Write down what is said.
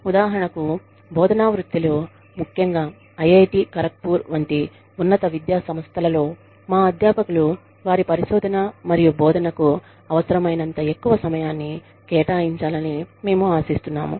ఉదాహరణకు బోధనా వృత్తిలో ముఖ్యంగా ఐఐటి ఖరగ్పూర్ వంటి ఉన్నత విద్యాసంస్థలలో మా అధ్యాపకులు వారి పరిశోధన మరియు బోధనకు అవసరమైనంత ఎక్కువ సమయాన్ని కేటాయించాలని మేము ఆశిస్తున్నాము